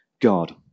God